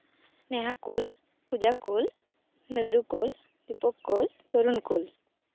ᱱᱮᱦᱟ ᱠᱳᱞ ᱯᱩᱡᱟ ᱠᱳᱞ ᱱᱩᱱᱫᱩ ᱠᱳᱞ ᱫᱤᱯᱚᱠ ᱠᱳᱞ ᱛᱩᱨᱩᱱ ᱠᱳᱞ